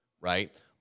right